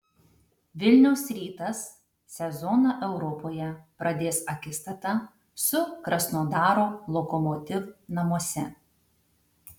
vilniaus rytas sezoną europoje pradės akistata su krasnodaro lokomotiv namuose